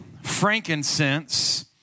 frankincense